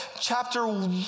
Chapter